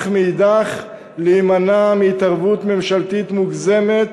אך מאידך גיסא להימנע מהתערבות ממשלתית מוגזמת